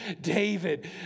David